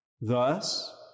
Thus